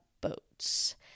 boats